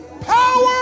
power